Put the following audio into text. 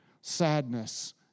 sadness